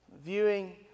Viewing